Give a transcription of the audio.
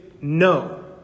no